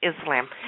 Islam